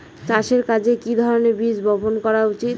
চাষের কাজে কি ধরনের বীজ বপন করা উচিৎ?